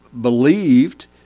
believed